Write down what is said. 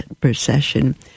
procession